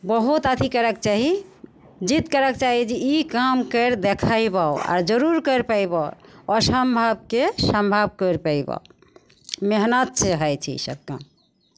बहुत अथी करयके चाही जिद करक चाही जे ई काम करि देखयबहु आओर जरूर करि पयबहु असम्भवके सम्भव करि पयबहु मेहनतसँ होइ छै ईसभ काम